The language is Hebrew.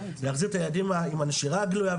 להחזיר את הילדים עם הנשירה הגלויה,